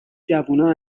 جوونا